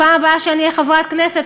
בפעם הבאה שאני אהיה חברת כנסת,